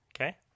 Okay